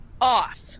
off